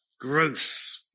growth